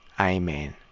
Amen